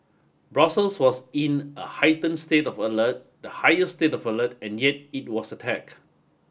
Brussels was in a heighten state of alert the highest state of alert and yet it was attack